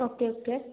okay okay